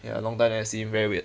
ya long time never see him very weird